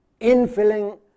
infilling